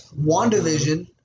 Wandavision